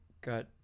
got